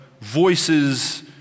voices